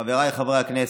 חבריי חברי הכנסת,